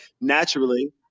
naturally